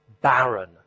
barren